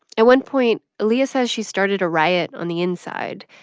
at one point, aaliyah says she started a riot on the inside.